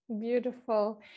Beautiful